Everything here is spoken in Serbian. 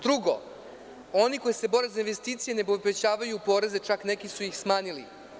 Drugo, oni koji se bore za investicije, ne povećavaju poreze, čak su ih neki smanjili.